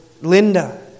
Linda